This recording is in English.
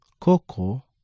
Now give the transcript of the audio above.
Coco